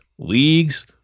leagues